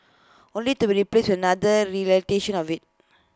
only to be replaced another iteration of IT